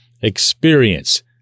experience